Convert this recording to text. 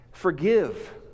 Forgive